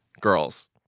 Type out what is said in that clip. girls